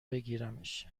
بگیرمش